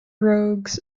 rogues